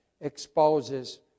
exposes